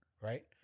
Right